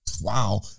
wow